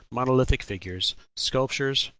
monolithic figures, sculptures,